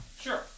Sure